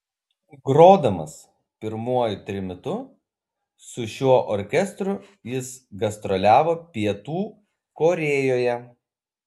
grodamas pirmuoju trimitu su šiuo orkestru jis gastroliavo pietų korėjoje